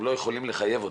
הם לא יכולים לחייב אותם.